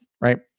right